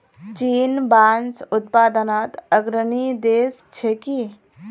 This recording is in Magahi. चीन बांस उत्पादनत अग्रणी देश छिके